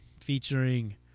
featuring